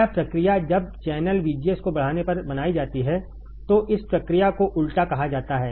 यह प्रक्रिया जब चैनल VGS को बढ़ाने पर बनाई जाती है तो इस प्रक्रिया को उलटा कहा जाता है